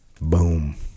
boom